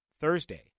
Thursday